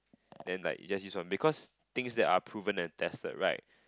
then like you just use loh because things that are proven and tested right